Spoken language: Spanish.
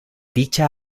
dicha